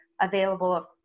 available